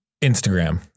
Instagram